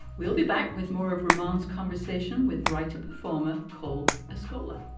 we'll be back with more of remands conversation with writer performer paul escola